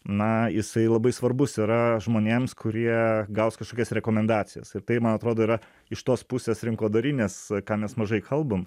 na jisai labai svarbus yra žmonėms kurie gaus kažkokias rekomendacijas tai man atrodo yra iš tos pusės rinkodarinės ką mes mažai kalbam